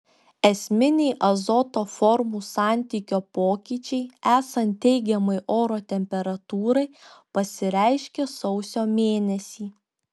esminiai azoto formų santykio pokyčiai esant teigiamai oro temperatūrai pasireiškia sausio mėnesį